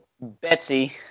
Betsy